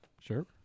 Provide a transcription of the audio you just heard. Sure